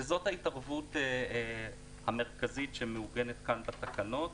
וזאת ההתערבות המרכזית שמעוגנת כאן, בתקנות.